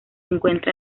encuentra